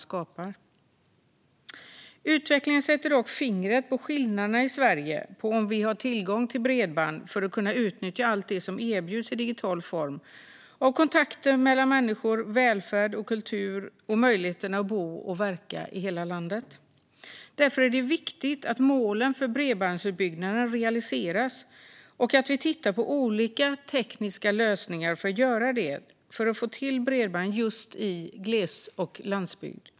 Denna utveckling sätter dock fingret på skillnaderna i Sverige när det gäller tillgång till bredband och möjlighet att utnyttja allt det som erbjuds i digital form - kontakter mellan människor, välfärd och kultur samt möjligheten att bo och verka i hela landet. Därför är det viktigt att målen för bredbandsutbyggnaden realiseras och att vi tittar på olika tekniska lösningar för att få till bredband just i gles och landsbygd.